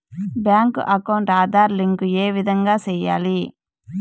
Bank account Aadhaar link ఏ విధంగా సెయ్యాలి?